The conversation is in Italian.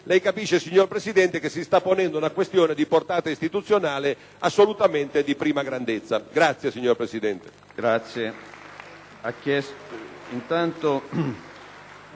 evidente, signor Presidente, che si sta ponendo una questione di portata istituzionale assolutamente di prima grandezza. *(Applausi dai Gruppi PD e